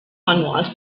manuals